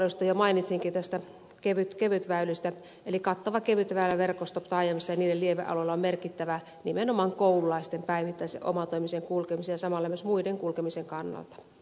mainitsinkin jo näistä kevytväylistä eli kattava kevytväyläverkosto taajamissa ja niiden lievealueilla on merkittävä nimenomaan koululaisten päivittäisen omatoimisen kulkemisen ja samalla myös muiden kulkemisen kannalta